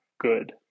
Good